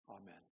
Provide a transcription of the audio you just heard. amen